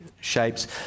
shapes